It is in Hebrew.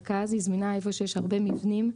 היא זמינה במרכז; היא זמינה איפה שיש הרבה מבנים.